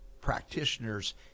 practitioners